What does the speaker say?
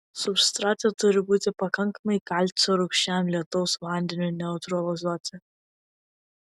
substrate turi būti pakankamai kalcio rūgščiam lietaus vandeniui neutralizuoti